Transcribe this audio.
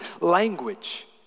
language